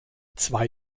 zwei